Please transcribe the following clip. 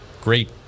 great